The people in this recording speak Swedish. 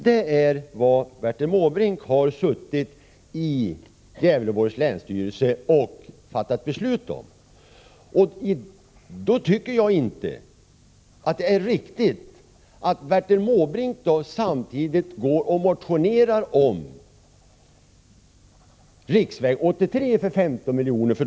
Det är vad Bertil Måbrink varit med om att fatta beslut om i Gävleborgs länsstyrelse. Jag tycker då inte att det är riktigt att Bertil Måbrink samtidigt motionerar om en upprustning av väg 83 för 15 miljoner.